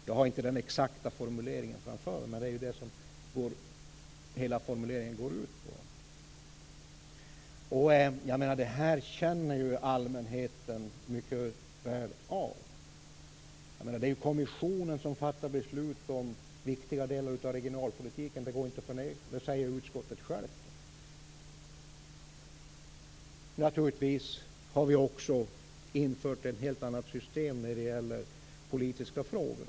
Jag har inte den exakta formuleringen framför mig, men detta är vad den gick ut på. Det här känner allmänheten mycket väl av. Det är ju kommissionen som fattar beslut om viktiga delar av regionalpolitiken. Det går inte att förneka, och det säger utskottet självt. Vi har också infört ett helt annat system när det gäller politiska frågor.